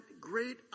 great